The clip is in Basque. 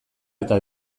eta